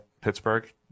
Pittsburgh